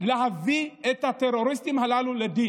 להביא את הטרוריסטים הללו לדין.